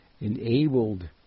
enabled